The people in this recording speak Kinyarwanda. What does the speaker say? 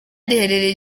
riherereye